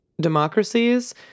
democracies